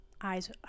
Eyes